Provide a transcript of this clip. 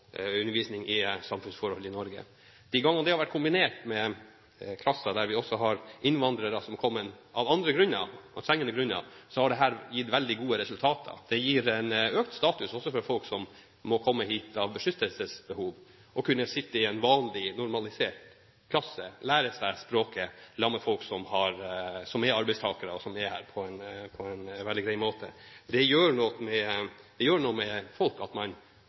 har vært kombinert med klasser med innvandrere som har kommet av andre grunner – de har vært trengende – har dette gitt veldig gode resultater. Det gir økt status for folk som er kommet hit fordi de har et beskyttelsesbehov, å sitte i en vanlig klasse og lære språket sammen med folk som er arbeidstakere og er her av den grunn. Det gjør noe med folk at man får normalisert situasjonen så fort som mulig. Derfor tror jeg faktisk at det å jobbe mer mot at